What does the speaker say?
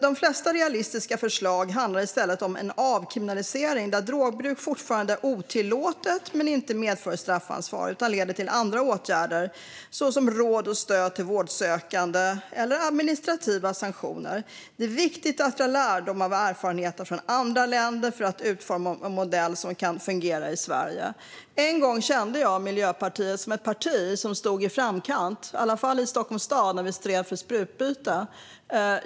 De flesta realistiska förslag handlar istället om en avkriminalisering, där drogbruk fortfarande är otillåtet men inte medför straffansvar utan leder till andra åtgärder så som råd och stöd till vårdsökande eller administrativa sanktioner. Det är viktigt att vi drar lärdom av erfarenheterna från andra länder för att utforma en modell som kan fungera i Sverige." En gång kände jag Miljöpartiet som ett parti som stod i framkant, i varje fall i Stockholms stad när vi stred för sprutbyte.